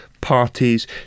parties